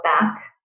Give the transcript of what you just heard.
back